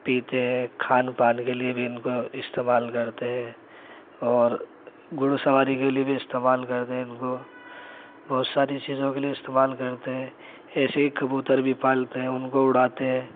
پیتے ہیں کھان پان کے لئے بھی اِن کو استعمال کرتے ہیں اور گھوڑ سواری کے لئے بھی استعمال کرتے ہیں ان کو بہت ساری چیزوں کے لئے استعمال کرتے ہیں ایسے ہی کبوتر بھی پالتے ہیں اُن کو اُڑاتے ہیں